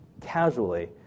casually